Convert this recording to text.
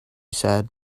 said